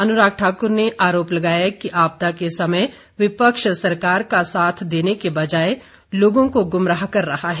अनुराग ठाकुर ने आरोप लगाया कि आपदा के समय विपक्ष सरकार का साथ देने के बजाय लोगों को गुमराह कर रहा है